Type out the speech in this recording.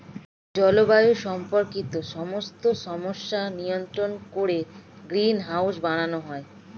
জলবায়ু সম্পর্কিত সমস্ত সমস্যা নিয়ন্ত্রণ করে গ্রিনহাউস বানানো হয়